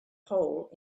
hole